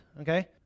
okay